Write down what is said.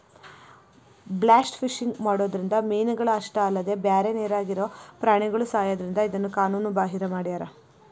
blast fishing ಮಾಡೋದ್ರಿಂದ ಮೇನಗಳ ಅಷ್ಟ ಅಲ್ಲದ ಬ್ಯಾರೆ ನೇರಾಗಿರೋ ಪ್ರಾಣಿಗಳು ಸಾಯೋದ್ರಿಂದ ಇದನ್ನ ಕಾನೂನು ಬಾಹಿರ ಮಾಡ್ಯಾರ